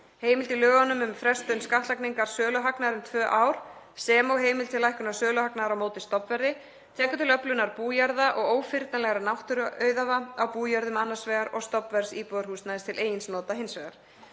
Heimild í lögunum um frestun skattlagningar söluhagnaðar um tvö ár sem og heimild til lækkunar söluhagnaðar á móti stofnverði, tekur til öflunar bújarða og ófyrnanlegra náttúruauðæfa á bújörðum annars vegar og stofnverðs íbúðarhúsnæðis til eigin nota hins vegar.